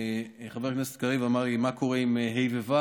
חבר הכנסת קריב אמר לי: מה קורה עם ה'-ו'?